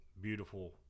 beautiful